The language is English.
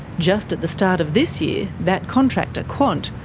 just at the start of this year, that contractor, quant,